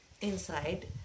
inside